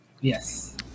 Yes